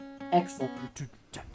Excellent